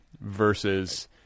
versus